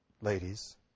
Ladies